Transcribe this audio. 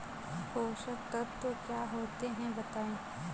पोषक तत्व क्या होते हैं बताएँ?